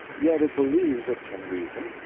yet it believes it can reason,